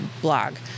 blog